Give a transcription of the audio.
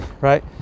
right